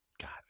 God